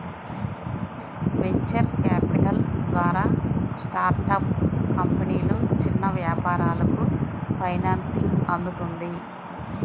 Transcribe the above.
venture capital ద్వారా startup కంపెనీలు, చిన్న వ్యాపారాలకు ఫైనాన్సింగ్ అందుతుంది